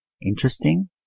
interesting